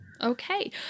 Okay